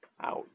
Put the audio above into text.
Ouch